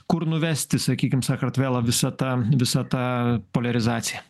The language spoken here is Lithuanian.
kur nuvesti sakykim sakartvelą visa ta visa ta poliarizacija